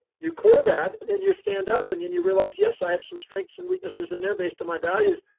you clear that, and then you stand up and then and you realize, yes, i have some strengths and weaknesses in there based on my values,